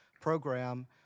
program